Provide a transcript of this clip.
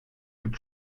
mit